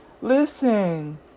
Listen